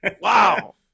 Wow